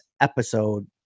episode